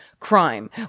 crime